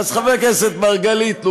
חבר כנסת מרגלית,